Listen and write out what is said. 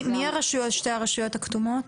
מי שתי הרשויות הכתומות?